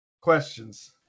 questions